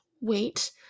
wait